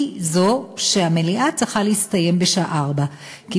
היא זו שהמליאה צריכה להסתיים בשעה 16:00,